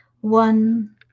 one